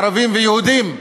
ערבים ויהודים,